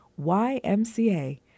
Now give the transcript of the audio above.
YMCA